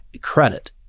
Credit